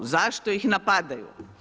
Zašto ih napadaju?